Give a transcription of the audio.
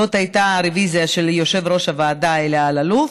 זאת הייתה הרוויזיה של יושב-ראש הוועדה אלי אלאלוף,